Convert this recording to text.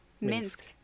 minsk